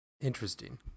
Interesting